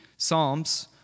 Psalms